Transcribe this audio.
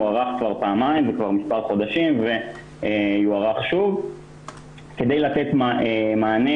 הם הוארכו כבר פעמיים ויוארכו שוב כדי לתת מענה